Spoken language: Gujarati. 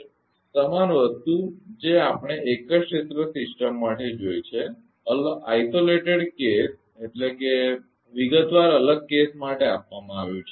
તેથી તે તમારું હશે સમાન વસ્તુ જે આપણે એક જ ક્ષેત્ર સિસ્ટમ માટે જોઈ છે વિગતવાર અલગ કેસ માટે આપવામાં આવ્યું છે